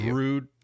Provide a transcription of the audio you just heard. rude